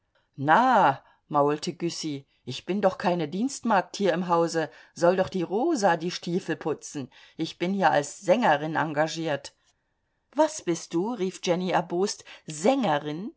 na maulte güssy ich bin doch keine dienstmagd hier im hause soll doch die rosa die stiefel putzen ich bin hier als sängerin engagiert was bist du rief jenny erbost sängerin